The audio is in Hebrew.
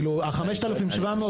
ה-5700,